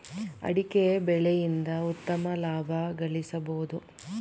ಅಡಿಕೆ ಬೆಳೆಯಿಂದ ಉತ್ತಮ ಲಾಭ ಗಳಿಸಬೋದು